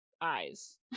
eyes